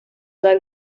dal